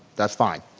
that's fine.